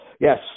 yes